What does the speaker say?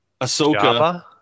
Ahsoka